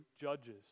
judges